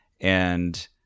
and-